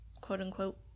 quote-unquote